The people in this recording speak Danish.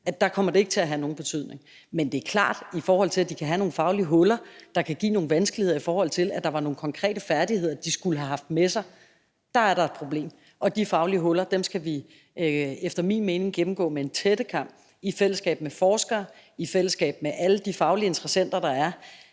der kommer det ikke til at have nogen betydning. Men det er klart, at der er et problem, ved at de kan have nogle faglige huller, der kan give nogle vanskeligheder, i forhold til at der var nogle konkrete færdigheder, de skulle have haft med sig. Og de faglige huller skal vi efter min mening gennemgå med en tættekam i fællesskab med forskere og med alle de faglige interessenter, der er,